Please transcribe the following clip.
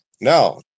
Now